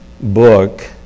book